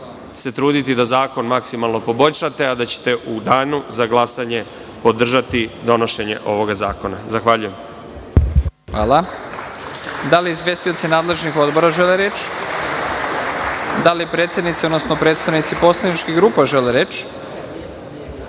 se truditi da zakon maksimalno poboljšate a da ćete u danu za glasanje podržati donošenje ovog zakona. Hvala. **Nebojša Stefanović** Hvala. Da li izvestioci nadležnih odbora žele reč? (Ne)Da li predsednici odnosno predstavnici poslaničkih grupa žele reč?